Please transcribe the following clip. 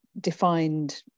defined